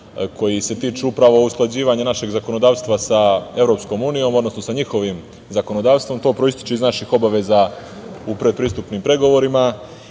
koji se tiču upravo usklađivanja našeg zakonodavstva sa EU, odnosno sa njihovim zakonodavstvom. To proističe iz naših obaveza u predpristupnim pregovorima. Što